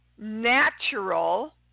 natural